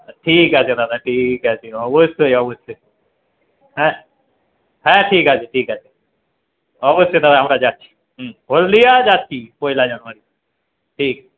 ঠিক আছে দাদা ঠিক আছে অবশ্যই অবশ্যই হ্যাঁ হ্যাঁ ঠিক আছে ঠিক আছে অবশ্যই তাহলে আমরা যাচ্ছি হুম হলদিয়া যাচ্ছি পয়লা জানুয়ারি ঠিক আছে